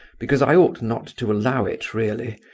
because i ought not to allow it really,